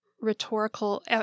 rhetorical